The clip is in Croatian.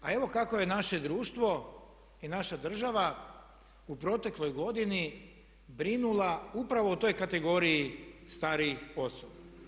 Pa evo kako je naše društvo i naša država u protekloj godini brinula upravo o toj kategoriji starijih osoba.